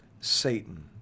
Satan